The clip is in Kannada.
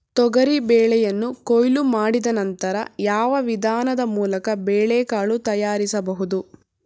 ತೊಗರಿ ಬೇಳೆಯನ್ನು ಕೊಯ್ಲು ಮಾಡಿದ ನಂತರ ಯಾವ ವಿಧಾನದ ಮೂಲಕ ಬೇಳೆಕಾಳು ತಯಾರಿಸಬಹುದು?